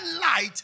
light